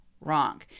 wrong